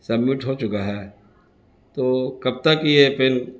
submit ہو چکا ہے تو کب تک یہ پن